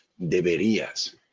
deberías